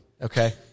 Okay